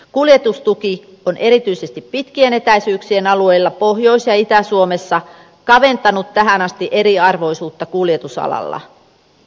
kuljetustuki on erityisesti pitkien etäisyyksien alueilla pohjois ja itä suomessa kaventanut tähän asti eriarvoisuutta kuljetusalalla